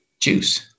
Juice